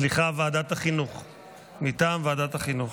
סליחה, זה מטעם ועדת החינוך.